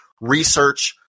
research